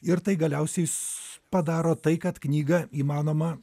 ir tai galiausiai s padaro tai kad knygą įmanoma